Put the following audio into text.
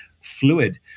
fluid